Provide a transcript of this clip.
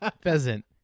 pheasant